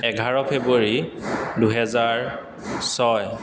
এঘাৰ ফেব্ৰুৱাৰী দুহেজাৰ ছয়